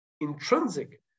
intrinsic